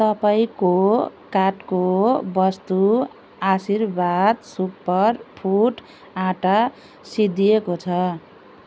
तपाईँको कार्टको वस्तु आशीर्वाद सुपर फुड्स आँटा सिद्धिएको छ